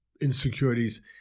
insecurities